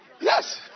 Yes